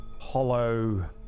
hollow